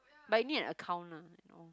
but you need an account ah and all